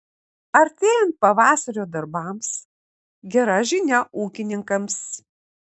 artėjant pavasario darbams gera žinia ūkininkams